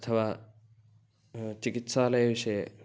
अथवा चिकित्सालयविषये